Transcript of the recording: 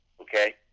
okay